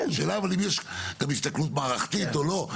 השאלה אם יש גם הסתכלות מערכתית או לא?